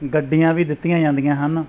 ਗੱਡੀਆਂ ਵੀ ਦਿੱਤੀਆਂ ਜਾਂਦੀਆਂ ਹਨ